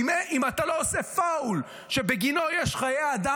אם אתה לא עושה פאול שבגינו יש מחיר בחיי אדם,